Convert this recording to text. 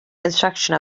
construction